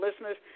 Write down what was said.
listeners